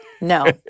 No